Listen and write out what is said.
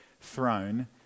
throne